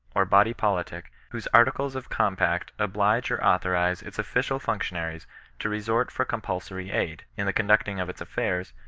or body politic, whose articles of compact oblige or authorize its official functionaries to resort for compulsory aid, in the conducting of its aflairs,